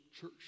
church